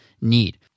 need